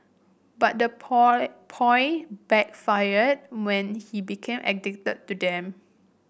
but the ploy backfired when he became addicted to them